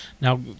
Now